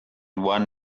one